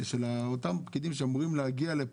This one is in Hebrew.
של אותם פקידים שאמורים להגיע לפה,